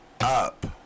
up